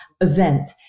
event